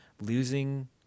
losing